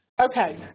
Okay